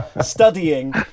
studying